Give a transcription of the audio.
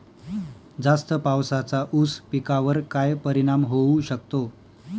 जास्त पावसाचा ऊस पिकावर काय परिणाम होऊ शकतो?